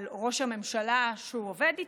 על ראש הממשלה, שהוא עובד איתו?